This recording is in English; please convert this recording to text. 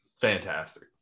fantastic